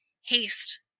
Haste